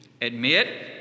Admit